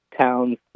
towns